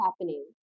happening